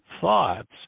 thoughts